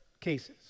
cases